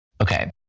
Okay